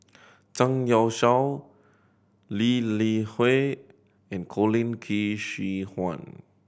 Zhang Youshuo Lee Li Hui and Colin Qi Zhe Quan